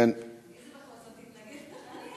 הנושא לוועדת החוץ והביטחון נתקבלה.